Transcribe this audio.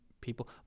people